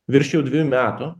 virš jau dviejų metų